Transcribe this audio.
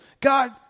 God